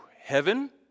heaven